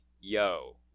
yo